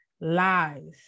lies